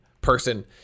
person